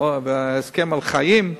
ואילו הסכם על חיים,